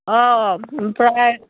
औ आमफ्राय